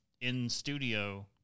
in-studio